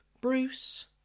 Bruce